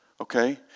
okay